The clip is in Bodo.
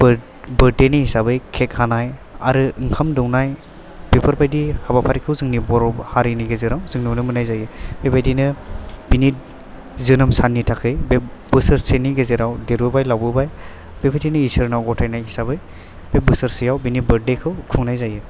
बारदे हिसाबै केक हानाय आरो ओंखाम दौनाय बेफोरबादि हाबाफारिखौ जोंनि बर' हारिनि गेजेराव जाें नुनो मोननाय जायो बेबादिनो बिनि जोनोम साननि थाखाय बे बोसोरसेनि गेजेराव देरबोबाय लावबोबाय बेबादिनो इसाेरनाव गथायनाय हिसाबै बे बोसोरसेयाव बिनि बारदे खौ खुंनाय जायो